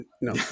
No